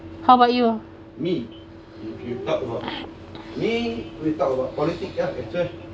how about you